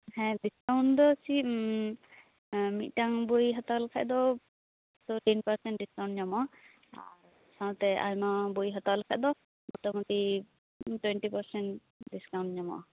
ᱦᱮᱸ ᱰᱤᱥᱠᱟᱣᱩᱱᱴ ᱫᱚ ᱢᱤᱫᱴᱟᱝ ᱵᱚᱭ ᱦᱟᱛᱟᱣ ᱞᱮᱠᱷᱟᱡ ᱫᱚ ᱴᱮᱱ ᱯᱟᱨᱥᱮᱱᱴ ᱰᱤᱥᱠᱟᱣᱩᱱᱴ ᱧᱟᱢᱚᱜ ᱟ ᱥᱟᱶᱛᱮ ᱟᱭᱢᱟ ᱵᱚᱭ ᱦᱟᱛᱟᱣ ᱞᱮᱠᱷᱟᱡ ᱫᱚ ᱢᱚᱴᱟ ᱢᱩᱴᱤ ᱴᱩᱣᱮᱱᱴᱤ ᱯᱟᱨᱥᱮᱱᱴ ᱰᱤᱥᱠᱟᱣᱩᱱᱴ ᱧᱟᱢᱚᱜ ᱟ